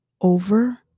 over